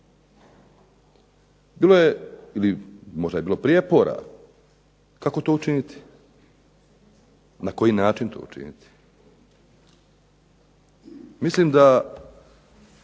Bilo je, ili možda je bilo prijepora, kako to učiniti? Na koji način to učiniti? Mislim da